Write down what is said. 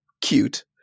cute